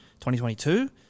2022